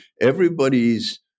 everybody's